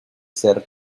ser